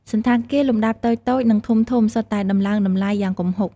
សណ្ឋាគារលំដាប់តូចៗ និងធំៗសុទ្ធតែដំឡើងតម្លៃយ៉ាងគំហុក។